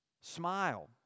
Smile